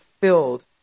filled